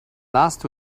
last